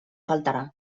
faltarà